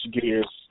gears